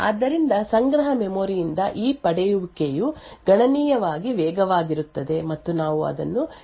ಆದ್ದರಿಂದ ಸಂಗ್ರಹ ಮೆಮೊರಿ ಯಿಂದ ಈ ಪಡೆಯುವಿಕೆಯು ಗಣನೀಯವಾಗಿ ವೇಗವಾಗಿರುತ್ತದೆ ಮತ್ತು ನಾವು ಅದನ್ನು ಕ್ಯಾಶ್ ಹಿಟ್ ಎಂದು ಕರೆಯುತ್ತೇವೆ